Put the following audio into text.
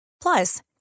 Plus